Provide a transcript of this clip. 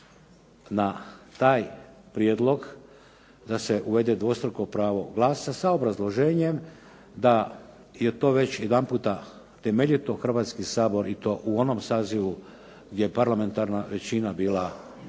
na taj prijedlog da se uvede dvostruko pravo glasa sa obrazloženjem da je to već jedanputa temeljito Hrvatski sabor i to u onom sazivu gdje je parlamentarna većina bila, nije bila